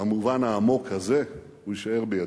במובן העמוק הזה הוא יישאר בידינו.